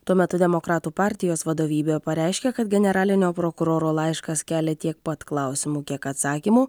tuo metu demokratų partijos vadovybė pareiškė kad generalinio prokuroro laiškas kelia tiek pat klausimų kiek atsakymų